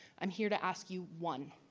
i'm here to ask you one.